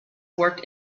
worked